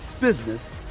business